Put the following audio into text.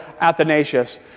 Athanasius